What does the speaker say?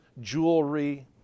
jewelry